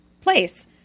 place